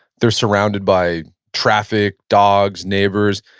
they're surrounded by traffic, dogs, neighbors.